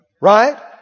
Right